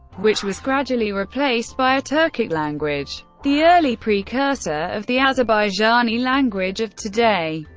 which was gradually replaced by a turkic language, the early precursor of the azerbaijani language of today.